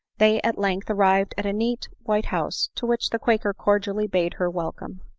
they at length arrived at a neat white house, to which the quaker cordially bade her welcome.